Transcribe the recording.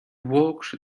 walks